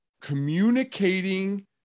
communicating